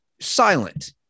silent